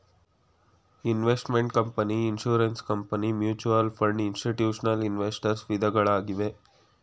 investment company, insurance company, mutual fund, institutional investors ವಿಧಗಳಾಗಿವೆ